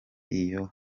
iyo